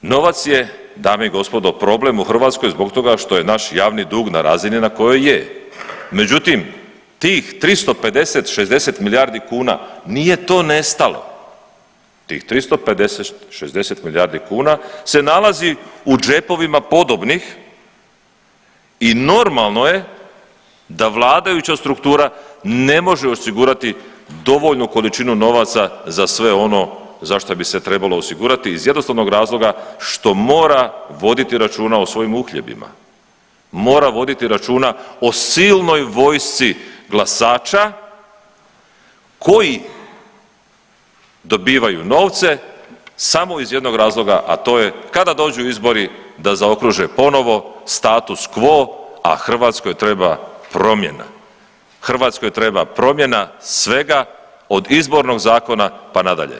Novac je dame i gospodo problem u Hrvatskoj zbog toga što je naš javni dug na razini na kojoj je, međutim tih 350-'60 milijardi kuna nije to nestalo, tih 350-'60 milijardi kuna se nalazi u džepovima podobnih i normalno je da vladajuća struktura ne može osigurati dovoljnu količinu novaca za sve ono za što bi se trebalo osigurati iz jednostavnog razloga što mora voditi računa o svojim uhljebima, mora voditi računa o silnoj vojsci glasača koji dobivaju novce samo iz jednog razloga, a to je kada dođu izbori da zaokruže ponovo status quo, a Hrvatskoj treba promjena, Hrvatskoj treba promjena svega od Izbornog zakona, pa nadalje.